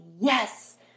yes